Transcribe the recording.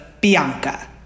Bianca